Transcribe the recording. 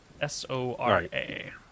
S-O-R-A